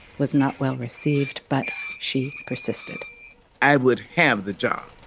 was not well received, but she persisted i would have the job.